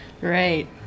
Right